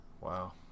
wow